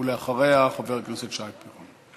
ולאחריה, חבר הכנסת שי פירון.